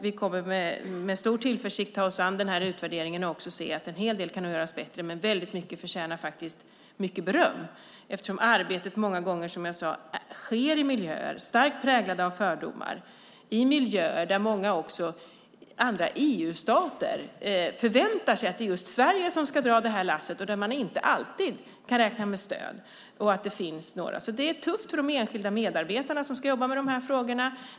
Vi kommer med stor tillförsikt att ta oss an utvärderingen. Vi anser att en hel del kan göras bättre, men mycket förtjänar faktiskt beröm. Arbetet sker många gånger i miljöer starkt präglade av fördomar, där många andra EU-stater förväntar sig att Sverige ska dra lasset och där det inte alltid går att räkna med stöd. Det är tufft för de enskilda medarbetarna som ska jobba med frågorna.